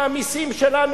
מהמסים שלנו,